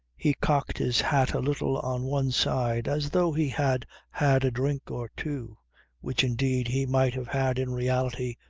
he cocked his hat a little on one side as though he had had a drink or two which indeed he might have had in reality,